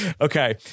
Okay